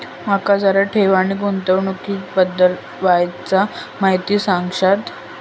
माका जरा ठेव आणि गुंतवणूकी बद्दल वायचं माहिती सांगशात?